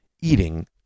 eating